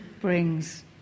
brings